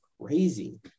crazy